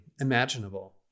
imaginable